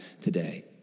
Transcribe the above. today